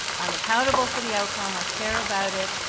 i'm accountable for the outcome, i care about it,